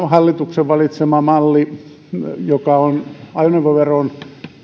hallituksen valitsema malli taas joka on